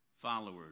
followers